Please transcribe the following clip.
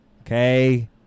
okay